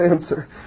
answer